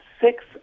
six